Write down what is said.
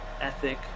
ethic